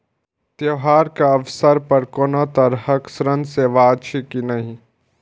त्योहार के अवसर पर कोनो तरहक ऋण सेवा अछि कि नहिं?